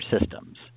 systems